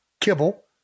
kibble